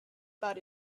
about